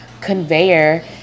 conveyor